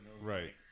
Right